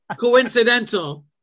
coincidental